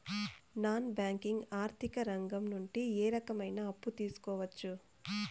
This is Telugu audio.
నాన్ బ్యాంకింగ్ ఆర్థిక రంగం నుండి ఏ రకమైన అప్పు తీసుకోవచ్చు?